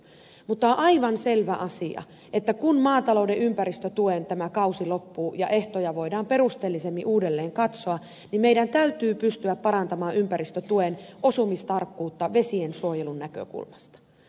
mutta on aivan selvä asia että kun tämä maatalouden ympäristötuen kausi loppuu ja ehtoja voidaan perusteellisemmin uudelleen katsoa niin meidän täytyy pystyä parantamaan ympäristötuen osumistarkkuutta vesiensuojelun näkökulmasta